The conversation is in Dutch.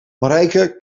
marijke